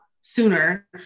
sooner